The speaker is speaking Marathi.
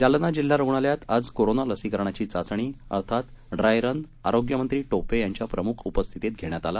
जालनाजिल्हारुग्णालयातआजकोरोनालसीकरणाचीचाचणीअर्थातड्रायरनआरोग्यमंत्रीटोपेयां च्याप्रम्खउपस्थितीतघेण्यातआला